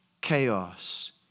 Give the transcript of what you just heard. chaos